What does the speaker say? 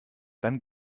dann